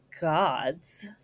gods